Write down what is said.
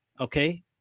okay